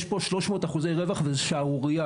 יש פה 300 אחוזי רווח וזו שערורייה.